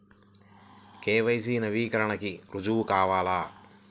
KYC నవీకరణకి రుజువు కావాలా?